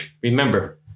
Remember